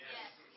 Yes